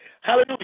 hallelujah